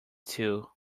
too